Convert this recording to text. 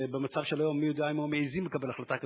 כשבמצב של היום מי יודע אם היו מעזים לקבל החלטה כזאת.